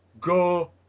go